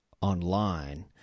online